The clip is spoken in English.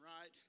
right